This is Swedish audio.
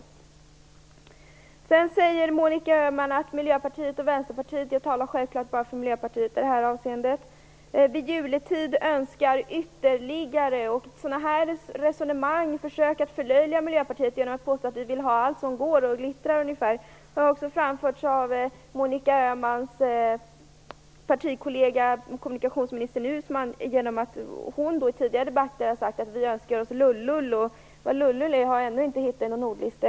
Monica Öhman säger vidare att Miljöpartiet och Vänsterpartiet - jag talar självfallet bara för Miljöpartiet i det här avseendet - "i juletid" önskar ytterligare saker. Sådana här försök att förlöjliga Miljöpartiet genom att påstå att vi vill ha ungefär allt som glittrar har också framförts av Monica Öhmans partikollega kommunikationsminister Uusmann. Hon har i tidigare debatter sagt att vi önskar oss "lullull". Vad "lullul" är har jag ännu inte hittat i någon ordlista.